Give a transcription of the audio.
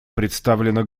представлена